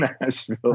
Nashville